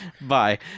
bye